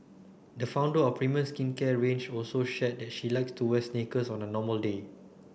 the founder of a premium skincare range also shared that she likes to wear sneakers on a normal day